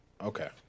okay